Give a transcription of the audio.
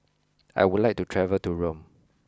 I would like to travel to Rome